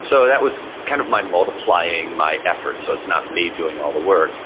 so that was kind of multiplying my efforts. so it's not me doing all the work